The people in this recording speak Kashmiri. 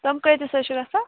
تِم کۭتِس حظ چھِ گژھان